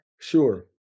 sure